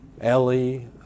Ellie